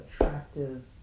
attractive